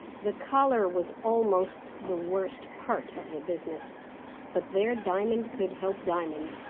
the collar was almost the worst part of the business but there diamond could help diamond.